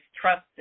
trusted